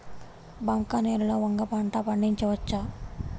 బంక నేలలో వంగ పంట పండించవచ్చా?